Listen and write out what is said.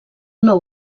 nou